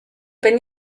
bin